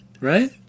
right